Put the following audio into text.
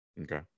Okay